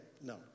No